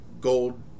gold